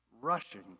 rushing